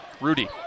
Rudy